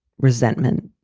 resentment,